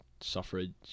suffrage